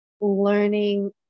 learning